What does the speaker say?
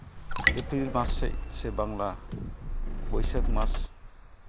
April ᱢᱟᱥ ᱥᱮᱫ ᱥᱮ ᱵᱟᱝᱞᱟ ᱵᱟᱹᱭᱥᱟᱹᱠᱷ ᱢᱟᱥ